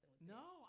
No